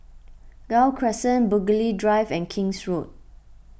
Gul Crescent Burghley Drive and King's Road